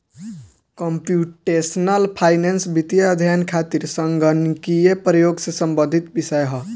computational finance वित्तीय अध्ययन खातिर संगणकीय प्रयोग से संबंधित विषय ह